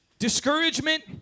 Discouragement